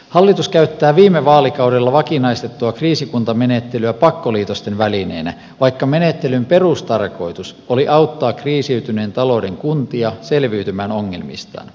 hallitus käyttää viime vaalikaudella vakinaistettua kriisikuntamenettelyä pakkoliitosten välineenä vaikka menettelyn perustarkoitus oli auttaa kriisiytyneen talouden kuntia selviytymään ongelmistaan